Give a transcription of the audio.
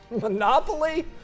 Monopoly